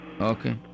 Okay